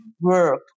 work